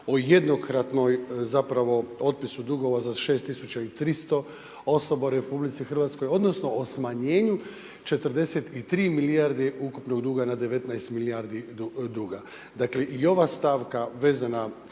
o jednokratnoj, zapravo, otpisu dugova za 6 300 osoba u RH odnosno o smanjenju 43 milijarde ukupnog duga na 19 milijardi duga. Dakle, i ova stavka vezana